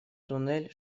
туннель